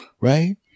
Right